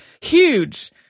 Huge